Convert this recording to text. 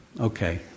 okay